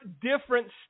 different